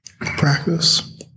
Practice